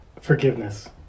Forgiveness